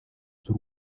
z’u